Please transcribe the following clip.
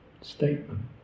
statement